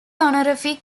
honorific